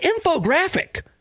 infographic